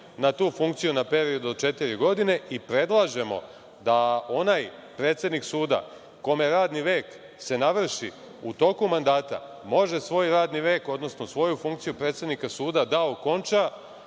na tu funkciju na period od četiri godine i predlažemo da onaj predsednik suda kome se radni vek navrši u toku mandata može svoj radni vek, odnosno svoju funkciju predsednika suda da okonča